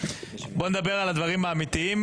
בוא נדבר על הדברים האמיתיים.